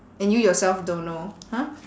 and you yourself don't know !huh!